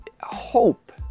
hope